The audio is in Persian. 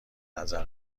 نظر